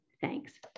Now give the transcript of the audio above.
Thanks